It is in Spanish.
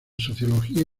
sociología